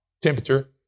temperature